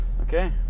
Okay